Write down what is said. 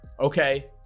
Okay